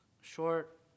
short